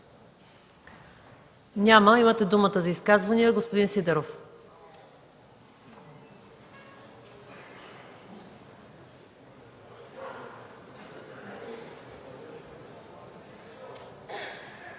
Няма. Имате думата за изказвания. Господин Сидеров.